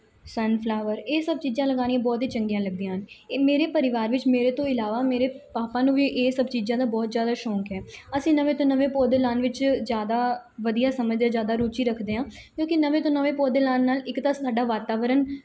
ਸੰਨ ਫਲਾਵਰ ਇਹ ਸਭ ਚੀਜ਼ਾਂ ਲਗਾਉਣੀਆਂ ਬਹੁਤ ਹੀ ਚੰਗੀਆਂ ਲੱਗਦੀਆਂ ਹਨ ਇਹ ਮੇਰੇ ਪਰਿਵਾਰ ਵਿੱਚ ਮੇਰੇ ਤੋਂ ਇਲਾਵਾ ਮੇਰੇ ਪਾਪਾ ਨੂੰ ਵੀ ਇਹ ਸਭ ਚੀਜ਼ਾਂ ਦਾ ਬਹੁਤ ਜ਼ਿਆਦਾ ਸ਼ੌਕ ਹੈ ਅਸੀਂ ਨਵੇਂ ਤੋਂ ਨਵੇਂ ਪੌਦੇ ਲਾਉਣ ਵਿੱਚ ਜ਼ਿਆਦਾ ਵਧੀਆ ਸਮਝਦੇ ਜ਼ਿਆਦਾ ਰੁਚੀ ਰੱਖਦੇ ਹਾਂ ਕਿਉਂਕਿ ਨਵੇਂ ਤੋਂ ਨਵੇਂ ਪੌਦੇ ਲਾਉਣ ਨਾਲ ਇੱਕ ਤਾਂ ਸਾਡਾ ਵਾਤਾਵਰਨ